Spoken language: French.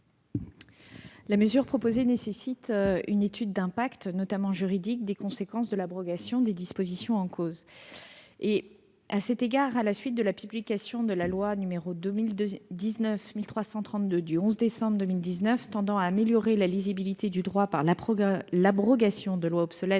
La mesure proposée nécessite une étude d'impact, notamment juridique, des conséquences de l'abrogation des dispositions en cause. À la suite de la publication de la loi n° 2019-1332 du 11 décembre 2019 tendant à améliorer la lisibilité du droit par l'abrogation de lois obsolètes,